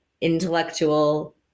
intellectual